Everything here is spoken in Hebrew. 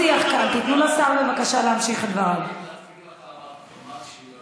תשאל אותו מה הקוראן אומר על אלה שצועקים,